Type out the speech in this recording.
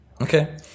Okay